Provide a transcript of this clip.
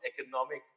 economic